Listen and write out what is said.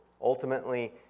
ultimately